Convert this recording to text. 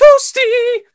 toasty